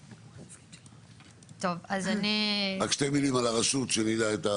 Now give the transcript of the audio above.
רק שתי מילים על הרשות שנדע.